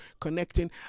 connecting